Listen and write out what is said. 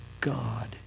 God